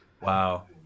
Wow